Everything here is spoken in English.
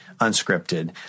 unscripted